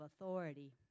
authority